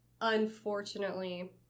Unfortunately